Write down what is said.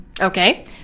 Okay